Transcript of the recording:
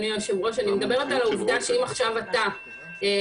אני מדברת על העובדה שאם עכשיו אתה יורד